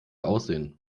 aussehen